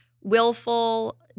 willful